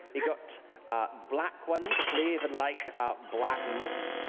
we've got black ones, flavored like black moss.